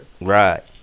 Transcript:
Right